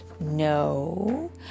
No